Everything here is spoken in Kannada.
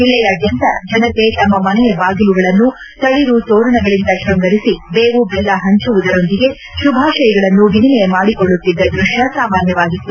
ಜಿಲ್ಲೆಯಾದ್ಗಂತ ಜನತೆ ತಮ್ನ ಮನೆಯ ಬಾಗಿಲುಗಳನ್ನು ತಳರು ತೋರಣಗಳಿಂದ ಶ್ವಂಗರಿಸಿ ದೇವು ದೆಲ್ಲ ಹಂಚುವುದರೊಂದಿಗೆ ಶುಭಾಶಯಗಳನ್ನು ವಿನಿಮಯ ಮಾಡಿಕೊಳ್ಳುತ್ತಿದ್ದ ದೃಶ್ಯ ಸಾಮಾನ್ಥವಾಗಿತ್ತು